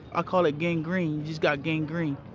i call it gang green, just got gangrene